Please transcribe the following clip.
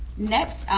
next,